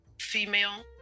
female